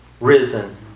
risen